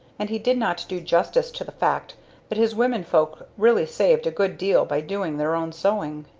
and he did not do justice to the fact that his womenfolk really saved a good deal by doing their own sewing.